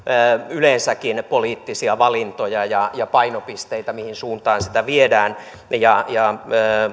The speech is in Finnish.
yleensäkin poliittisia valintoja ja ja painopisteitä mihin suuntaan sitä viedään ja ja